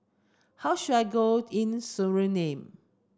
How should I go in Suriname